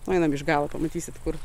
nu einam iš galo pamatysit kur